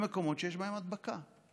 למקומות שיש בהם הדבקה,